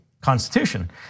Constitution